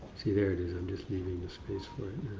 see there it is, i'm just leaving the space for it